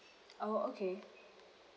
oh okay